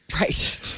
Right